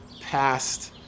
past